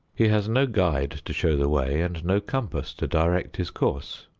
he has no guide to show the way and no compass to direct his course.